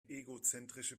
egozentrische